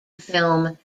film